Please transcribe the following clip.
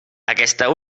aquesta